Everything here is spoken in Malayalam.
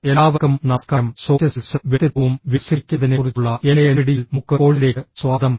എല്ലാവർക്കും നമസ്കാരം സോഫ്റ്റ് സ്കിൽസും വ്യക്തിത്വവും വികസിപ്പിക്കുന്നതിനെക്കുറിച്ചുള്ള എന്റെ എൻപിടിഇഎൽ മൂക്ക് കോഴ്സിലേക്ക് സ്വാഗതം